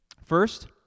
First